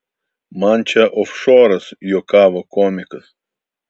man čia ofšoras juokavo komikas